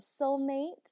soulmate